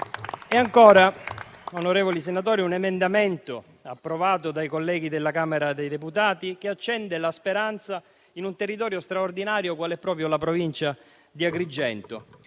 E ancora, onorevoli senatori, un emendamento, approvato dai colleghi della Camera dei deputati, accende la speranza in un territorio straordinario quale è proprio la Provincia di Agrigento